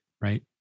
right